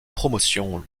promotion